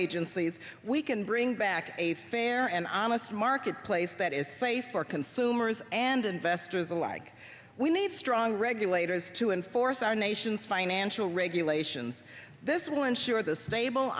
sleeze we can bring back a fair and honest marketplace that is safe for consumers and investors alike we need strong regulators to enforce our nation's financial regulations this will ensure the stable